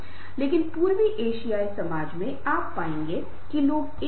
यह कश्मीर हरित कश्मीर नहीं है जिसे हम पहले देख रहे थे संदर्भ बदल गया है